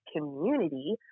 community